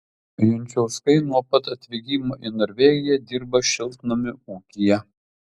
jančauskai nuo pat atvykimo į norvegiją dirba šiltnamių ūkyje